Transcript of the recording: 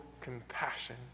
compassion